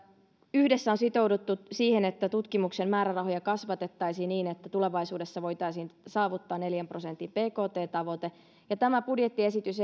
yhdessä on sitouduttu siihen että tutkimuksen määrärahoja kasvatettaisiin niin että tulevaisuudessa voitaisiin saavuttaa neljän prosentin bkt tavoite ja tämä budjettiesitys